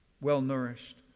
well-nourished